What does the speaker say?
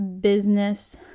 business